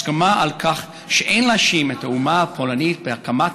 הסכמה על כך שאין להאשים את האומה הפולנית בהקמת